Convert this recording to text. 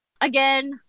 Again